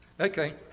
Okay